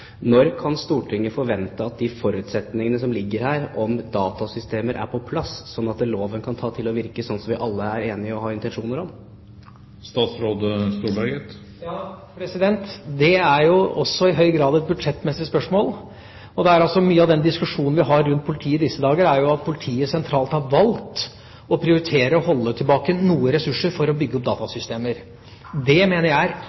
Når kan Stortinget forvente at de forutsetningene som ligger her for datasystemer, er på plass, sånn at loven kan ta til å virke sånn som vi alle er enige om og har intensjoner om? Det er også i høy grad et budsjettmessig spørsmål, og mye av den diskusjonen vi har rundt politiet i disse dager, er at politiet sentralt har valgt å prioritere å holde tilbake noen ressurser for å bygge opp datasystemer. Det mener jeg